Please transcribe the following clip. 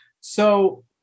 So-